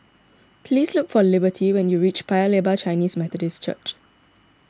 please look for Liberty when you reach Paya Lebar Chinese Methodist Church